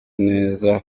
neza